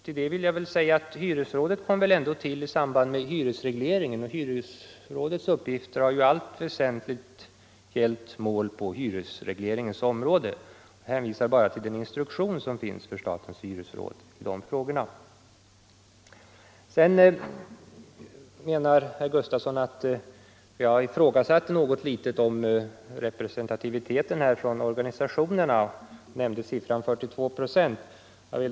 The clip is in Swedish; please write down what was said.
Till det vill jag säga att hyresrådet kom väl ändå till i samband med hyresregleringen, och hyresrådets uppgifter har i allt väsentligt gällt mål på hyresregleringens område. Jag hänvisar bara till den instruktion som finns för statens hyresråd i de frågorna. Sedan menade herr Gustafsson att jag något litet ifrågasatt representativiteten från organisationerna och herr Gustafsson nämnde siffran 42 procent.